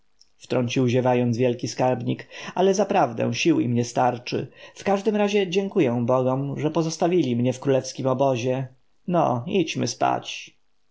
wtrącił ziewając wielki skarbnik ale zaprawdę sił im nie starczy w każdym razie dziękuję bogom że postawili mnie w królewskim obozie no idźmy spać